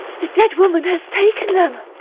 the dead woman has taken them.